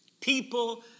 People